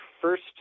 first